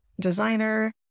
designer